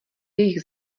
jejich